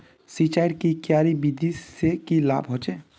सिंचाईर की क्यारी विधि से की लाभ होचे?